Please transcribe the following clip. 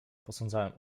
posądzałem